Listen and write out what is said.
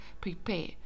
prepare